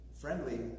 friendly